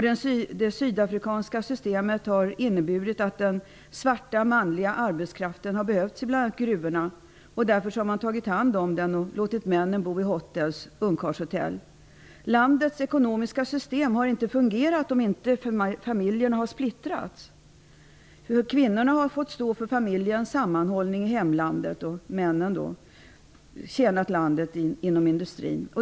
Det sydafrikanska systemet har inneburit att den svarta manliga arbetskraften har behövts i bl.a. gruvorna. Därför har man tagit hand om den och låtit männen bo i Hotels, ungkarlshotell. Landets ekonomiska system har inte fungerat om inte familjerna splittrats. Kvinnorna har fått stå för familjens sammanhållning i hemlandet och männen tjänat landet inom industrin.